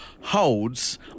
holds